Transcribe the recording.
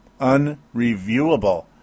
Unreviewable